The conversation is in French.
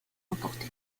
emporté